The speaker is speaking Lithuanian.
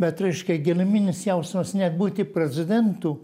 bet reiškia giluminis jausmas ne atbūti prezidentu